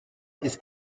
ist